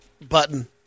button